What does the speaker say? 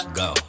go